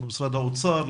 משרד האוצר,